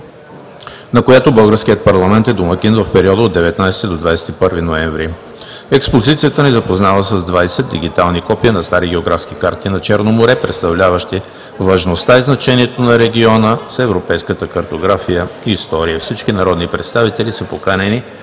на която българският парламент е домакин в периода от 19 до 21 ноември 2019 г. Експозицията ни запознава с 20 дигитални копия на стари географски карти на Черно море, представляващи важността и значението на региона с европейската картография и история. Всички народни представители са поканени